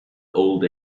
old